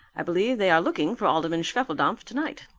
i believe they are looking for alderman schwefeldampf tonight.